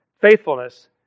faithfulness